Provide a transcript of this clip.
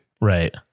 Right